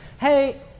hey